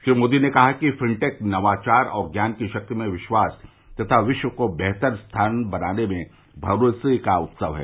श्री मोदी ने कहा कि फिनटेक नवाचार और ज्ञान की शक्ति में विश्वास तथा विश्व को बेहतर स्थान बनाने में भरोसे का उत्सव है